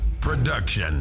production